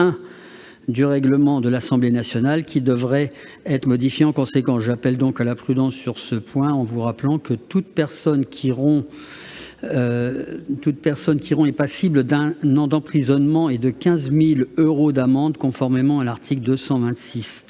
du règlement de l'Assemblée nationale, qui devrait donc être modifié en conséquence. J'appelle donc à la prudence sur ce point, en vous rappelant que toute personne qui rompt ce secret est passible d'un an d'emprisonnement et de 15 000 euros d'amende, conformément à l'article 226-13